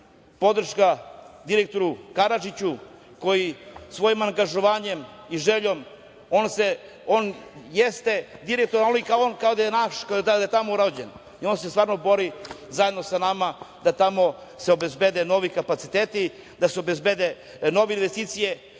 podrška direktoru Karadžiću, koji svojim angažovanjem i željom, on jeste direktor, ali on kao da je naš, kao da je tamo rođen. On se stvarno bori zajedno sa nama da se tamo obezbede novi kapaciteti, da se obezbede nove investicije